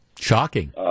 shocking